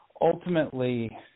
ultimately